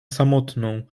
samotną